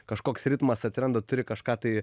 kažkoks ritmas atsiranda turi kažką tai